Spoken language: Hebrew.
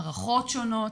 מערכות שונות,